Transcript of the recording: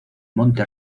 monte